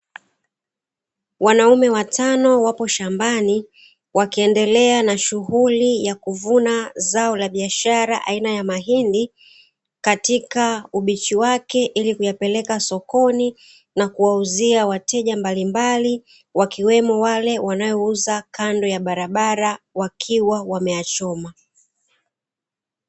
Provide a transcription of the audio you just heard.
Wanaume watano wapo shambani, wakiendelea na shughuli ya kuvuna zao la biashara aina ya mahindi, katika ubichi wake ili kuyapeleka sokoni na kuwauzia wateja mbalimbali, wakiwemo wale wanaouza kando ya barabara, wakiwa wameyachoma.